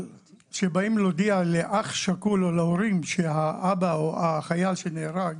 כשבאים להודיע לאח שכול או להורים שהאבא או החייל שנהרג,